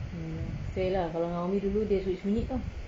um fair lah kalau dengan umi dulu dia sembunyi-sembunyi [tau]